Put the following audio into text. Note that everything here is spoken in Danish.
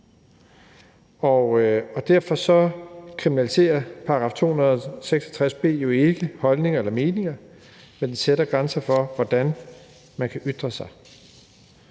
Derfor kriminaliserer § 266 b jo ikke holdninger eller meninger, men den sætter grænser for, hvordan man kan ytre sig.